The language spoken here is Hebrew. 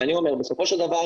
בסופו של דבר,